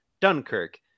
Dunkirk